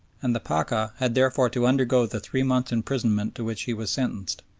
and the pacha had therefore to undergo the three months' imprisonment to which he was sentenced.